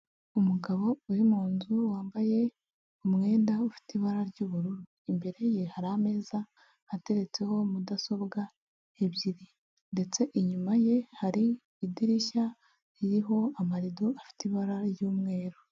Umugabo uri mu nzu wambaye umwenda ufite ibara ry'ubururu. Imbere ye hari ameza ateretseho mudasobwa ebyiri ndetse inyuma ye hari idirishya ririho amarido afite ibara ry'umweru.